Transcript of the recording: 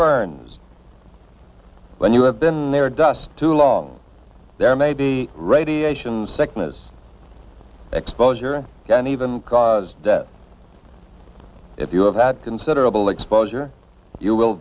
burns when you have been there dust too long there may be radiation sickness exposure and can even cause death if you have had considerable exposure you will